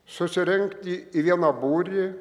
susirinkti į vieną būrį